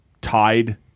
tied